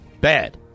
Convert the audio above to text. Bad